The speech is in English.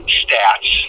stats